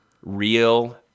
Real